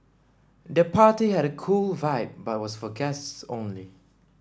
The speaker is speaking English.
the party had a cool vibe but was for guests only